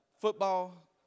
Football